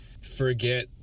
forget